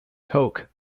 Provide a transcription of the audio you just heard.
tok